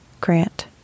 Grant